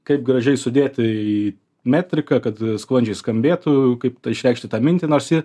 kaip gražiai sudėta į metriką kad sklandžiai skambėtų kaip išreikšti tą mintį nors ji